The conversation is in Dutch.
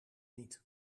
niet